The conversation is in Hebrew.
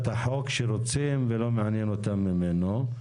את החוק שרוצים ולא מעניין אותם ממנו,